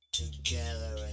together